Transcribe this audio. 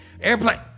Airplane